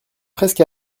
presque